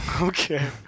Okay